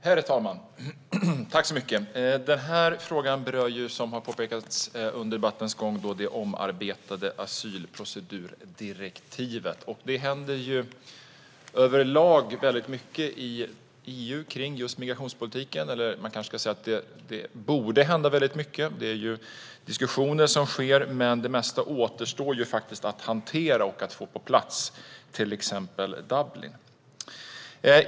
Herr talman! Den här frågan berör, som har påpekats under debattens gång, det omarbetade asylprocedurdirektivet. Det händer överlag väldigt mycket i EU kring just migrationspolitiken, eller rättare sagt borde det hända väldigt mycket. Det pågår diskussioner, men det mesta återstår faktiskt att hantera och att få på plats, till exempel Dublinförordningen.